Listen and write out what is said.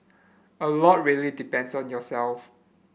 a lot really depends on yourself